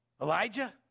Elijah